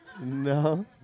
No